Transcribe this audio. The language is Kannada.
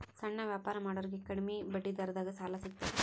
ಸಣ್ಣ ವ್ಯಾಪಾರ ಮಾಡೋರಿಗೆ ಕಡಿಮಿ ಬಡ್ಡಿ ದರದಾಗ್ ಸಾಲಾ ಸಿಗ್ತದಾ?